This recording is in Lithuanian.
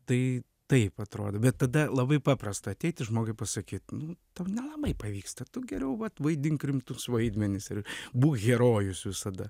tai taip atrodo bet tada labai paprasta ateiti žmogui pasakyt nu tau nelabai pavyksta tu geriau vat vaidink rimtus vaidmenis ir būk herojus visada